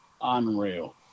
unreal